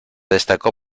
destacó